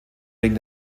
wegen